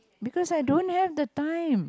because I don't have the time